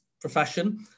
profession